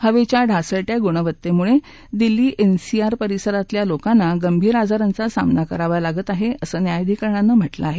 हवेच्या ढासळत्या गुणवत्तेमुळे दिल्ली एनसीआर परिसरातलय लोकांना गंभीर आजारांचा सामना करावा लागत आहे असं न्यायाधिकरणाने म्हटलं आहे